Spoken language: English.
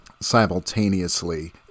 simultaneously